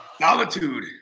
Solitude